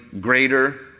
greater